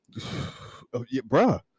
Bruh